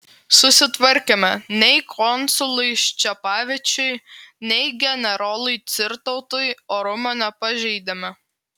susitvarkėme nei konsului ščepavičiui nei generolui cirtautui orumo nepažeidėme